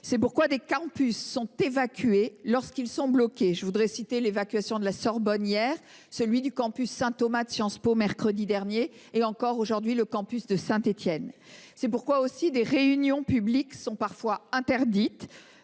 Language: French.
C’est pourquoi des campus sont évacués lorsqu’ils sont bloqués. Je voudrais citer l’évacuation de la Sorbonne hier, celle du campus Saint Thomas de Sciences Po mercredi dernier, et encore, aujourd’hui, celle du campus de Saint Étienne. C’est pourquoi, aussi, des réunions publiques sont parfois interdites,